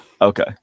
okay